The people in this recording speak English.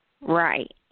Right